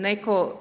netko